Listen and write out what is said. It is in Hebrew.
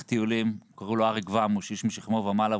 קראו לו אריק ואמוש, איש משכמו ומעלה.